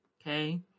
okay